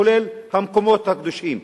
כולל המקומות הקדושים.